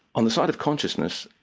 on the side of consciousness,